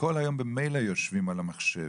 שכל היום ממילא יושבים על המחשב,